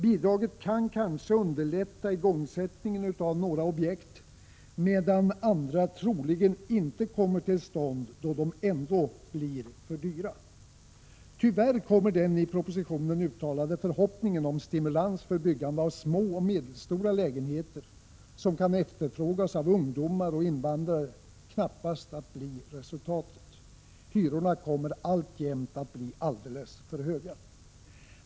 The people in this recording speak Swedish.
Bidraget kan kanske underlätta igångsättningen av några objekt, men andra kommer troligen inte till stånd, eftersom de ändå blir för dyra. Tyvärr kommer den i propositionen uttalade förhoppningen om stimulans för byggande av små och medelstora lägenheter, som kan efterfrågas av ungdomar och invandrare, knappast att bli resultatet. Hyrorna kommer alltjämt att bli alldeles för höga.